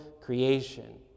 creation